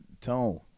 Tone